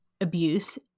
abuse